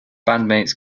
bandmates